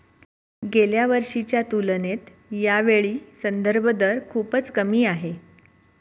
गेल्या वर्षीच्या तुलनेत यावेळी संदर्भ दर खूपच कमी आहे